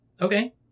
Okay